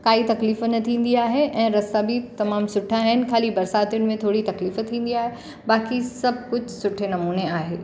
काई तकलीफ़ु न थींदी आहे ऐं रस्ता बि तमामु सुठा आहिनि ख़ाली बरसातियुनि में थोरी तकलीफ़ु थींदी आहे बाक़ी सभु कुझु सुठे नमूने आहे